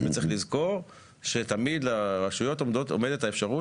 וצריך לזכור שתמיד לרשויות עומדת האפשרות